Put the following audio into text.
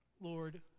Lord